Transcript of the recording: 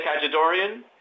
Kajadorian